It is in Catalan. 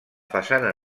façana